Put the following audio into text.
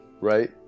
right